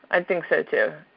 and think so too.